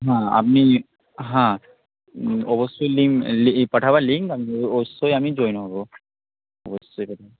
হ্যাঁ আপনি হ্যাঁ অবশ্যই লিঙ্ক এ এ পাঠাবে লিঙ্ক আমি অবশ্যই আমি জয়েন হবো অবশ্যই পাঠাবে